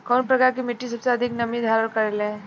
कउन प्रकार के मिट्टी सबसे अधिक नमी धारण करे ले?